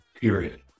period